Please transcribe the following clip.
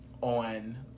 on